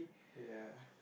ya